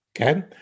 okay